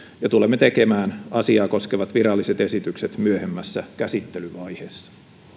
ja tulemme tekemään asiaa koskevat viralliset esitykset myöhemmässä käsittelyvaiheessa